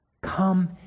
Come